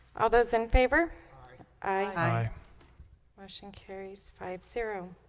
all those in favor aye motion carries five zero